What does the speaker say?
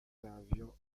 avions